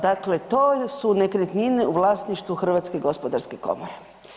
Dakle, to su nekretnine u vlasništvu Hrvatske gospodarske komore.